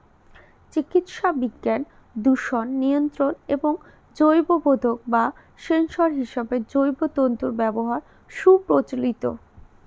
চিকিৎসাবিজ্ঞান, দূষণ নিয়ন্ত্রণ এবং জৈববোধক বা সেন্সর হিসেবে জৈব তন্তুর ব্যবহার সুপ্রচলিত